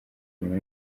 nyuma